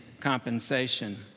compensation